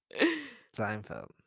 Seinfeld